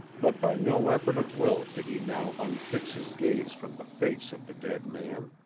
but by no effort of will could he now unfix his gaze from the face of the dead man.